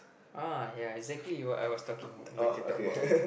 ah ya exactly what I was talking going to talk about